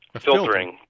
filtering